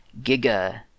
giga